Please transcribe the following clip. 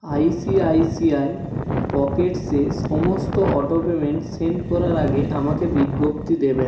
ICICI পকেটসে সমস্ত auto payment sent করার আগে আমাকে বিজ্ঞপ্তি দেবেন